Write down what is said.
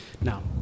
Now